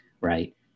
right